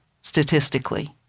statistically